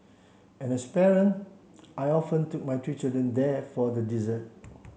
and as a parent I often took my three children there for the dessert